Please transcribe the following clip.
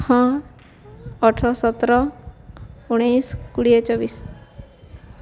ହଁ ଅଠର ସତର ଉଣେଇଶି କୁଡ଼ିଏ ଚବିଶି